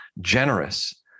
generous